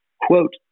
quote